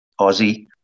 Aussie